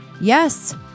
Yes